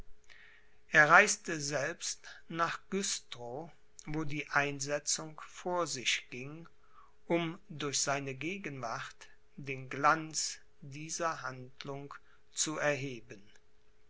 er reiste selbst nach güstrow wo die einsetzung vor sich ging um durch seine gegenwart den glanz dieser handlung zu erheben